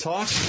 Talk